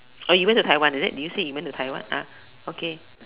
oh you went to Taiwan is it did you say you went to Taiwan uh okay